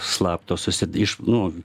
slapto susi iš nu